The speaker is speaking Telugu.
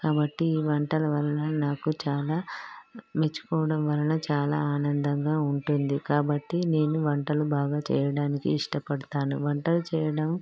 కాబట్టి ఈ వంటల వలన నాకు చాలా మెచ్చుకోవడం వలన చాలా ఆనందంగా ఉంటుంది కాబట్టి నేను వంటలు బాగా చేయడానికి ఇష్టపడతాను వంటలు చేయడం